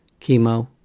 chemo